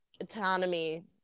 autonomy